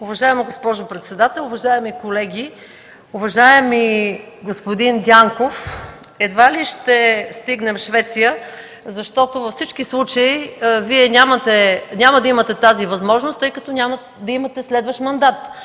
Уважаема госпожо председател, уважаеми колеги! Уважаеми господин Дянков, едва ли ще стигнем Швеция, защото във всички случаи Вие няма да имате тази възможност, тъй като няма да имате следващ мандат.